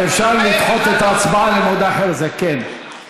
אפשר לדחות את ההצבעה למועד אחר, זה כן.